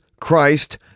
Christ